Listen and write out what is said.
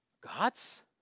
God's